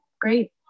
Great